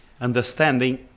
understanding